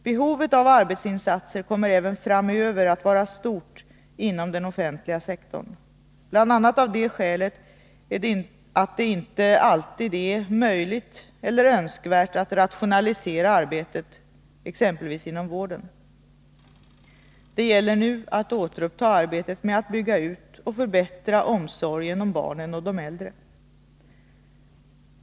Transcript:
Behovet av arbetsinsatser kommer även framöver att vara stort inom den offentliga sektorn, bl.a. av det skälet att det inte alltid är möjligt eller Önskvärt att rationalisera arbetet, exempelvis inom vården. Det gäller nu att återuppta arbetet med att bygga ut och förbättra omsorgen om barnen och de äldre.